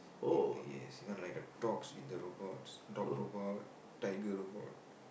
y~ yes even like the dogs with the robots dog robot tiger robot